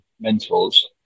mentors